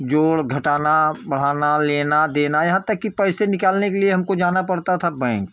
जोड़ घटाना बढ़ाना लेना देना यहाँ तक कि पैसे निकालने के लिए हमको जाना पड़ता था बैंक